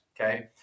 okay